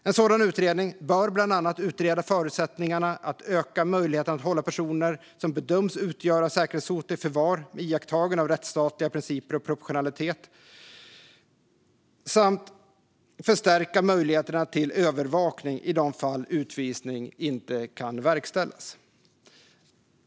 En sådan utredning bör bland annat utreda förutsättningarna att öka möjligheterna att hålla personer som bedöms utgöra ett säkerhetshot i förvar med iakttagande av rättsstatliga principer och proportionalitet samt förstärka möjligheterna till övervakning i de fall utvisning inte kan verkställas.